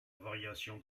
variation